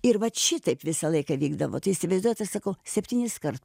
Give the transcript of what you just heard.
ir vat šitaip visą laiką vykdavo tai įsivaizduojat aš sakau septyniskart